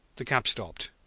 the cab stopped.